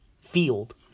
field